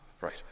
Right